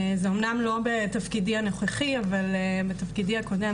זה אמנם לא בתפקידי הנוכחי אבל בתפקידי הקודם